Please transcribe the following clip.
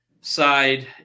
side